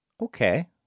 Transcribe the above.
Okay